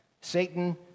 Satan